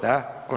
Da.